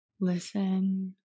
listen